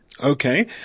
Okay